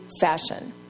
fashion